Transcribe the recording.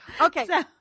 Okay